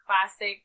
classic